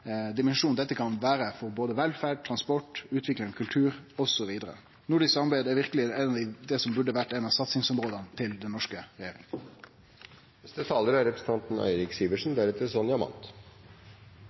dimensjonen dette kan vere for både velferd, transport, utvikling av kultur osv. Nordisk samarbeid er verkeleg noko som burde vore eit av satsingsområda til den norske